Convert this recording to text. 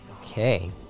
Okay